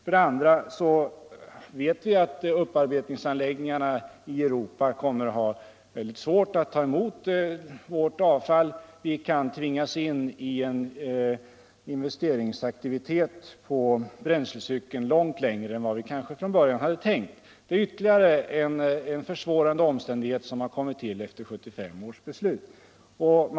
Vi vet också att upparbetningsanläggningarna i Europa kommer att ha väldigt svårt för att ta emot vårt avfall: Vi kan tvingas in i en investeringsaktivitet på bränslecykeln långt mer omfattande än vad vi kanske från början hade tänkt. Det är ytterligare en försvårande omständighet som har kommit till efter 1975 års beslut.